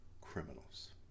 criminals